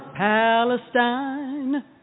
Palestine